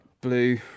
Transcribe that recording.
Blue